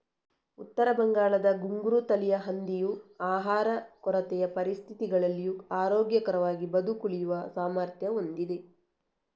ಉತ್ತರ ಬಂಗಾಳದ ಘುಂಗ್ರು ತಳಿಯ ಹಂದಿಯು ಆಹಾರ ಕೊರತೆಯ ಪರಿಸ್ಥಿತಿಗಳಲ್ಲಿಯೂ ಆರೋಗ್ಯಕರವಾಗಿ ಬದುಕುಳಿಯುವ ಸಾಮರ್ಥ್ಯ ಹೊಂದಿದೆ